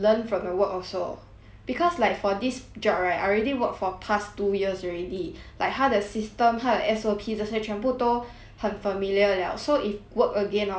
because like for this job right I already work for past two years already like 他的 system 他的 S_O_P 这些全部都很 familiar liao so if work again hor 就有一点 sian ah